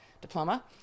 diploma